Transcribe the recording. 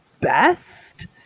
best